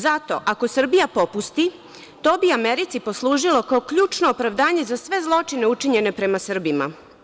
Zato jer ako Srbija popusti, to bi Americi poslužilo kao ključno opravdanje za sve zločine učinjene prema Srbima.